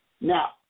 Now